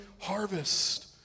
harvest